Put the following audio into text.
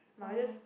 oh